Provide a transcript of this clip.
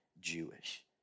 Jewish